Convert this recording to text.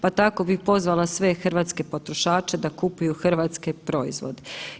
Pa tako bi pozvala sve hrvatske potrošače da kupuju hrvatske proizvode.